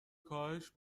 کاهش